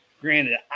Granted